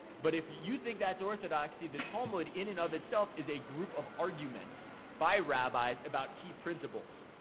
but if you think that's orthodoxy, the talmud, in and of itself, is a group of arguments by rabbis about key principles.